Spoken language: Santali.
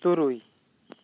ᱛᱩᱨᱩᱭ